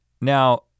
Now